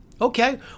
Okay